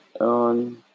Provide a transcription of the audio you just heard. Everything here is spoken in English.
on